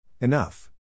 enough